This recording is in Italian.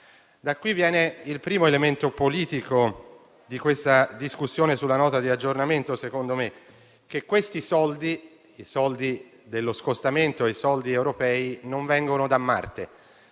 Da qui viene il primo elemento politico di questa discussione sulla Nota di aggiornamento, secondo me, ovvero che i soldi dello scostamento, i soldi europei, non vengono da Marte;